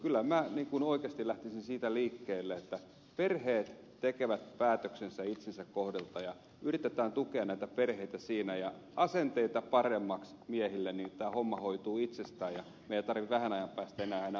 kyllä minä oikeasti lähtisin siitä liikkeelle että kun perheet tekevät päätöksensä itsensä kohdilta ja yritetään tukea näitä perheitä siinä ja saada asenteita paremmiksi miehille niin tämä homma hoituu itsestään ja meidän ei tarvitse vähän ajan päästä enää huolehtia tämmöisestä